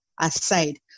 aside